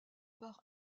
part